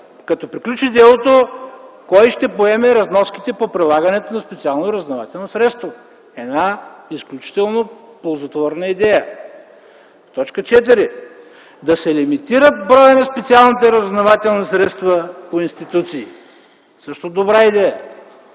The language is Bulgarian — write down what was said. като приключи делото кой ще поеме разноските по прилагането на специални разузнавателни средства. Една изключително ползотворна идея. Точка 4: „Да се лимитира броят на специалните разузнавателни средства по институции” – също добра идея.